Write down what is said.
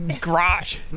garage